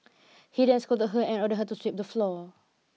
he then scolded her and ordered her to sweep the floor